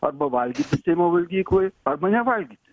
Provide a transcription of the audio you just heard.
arba valgyti seimo valgykloj arba nevalgyti